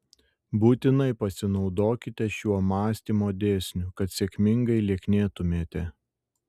būtinai pasinaudokite šiuo mąstymo dėsniu kad sėkmingai lieknėtumėte